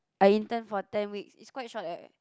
I intern for ten weeks it's quite short eh